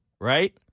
right